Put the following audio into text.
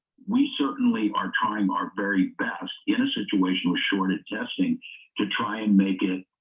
we certainly our time our very best in a situation with shorted testing to try and make it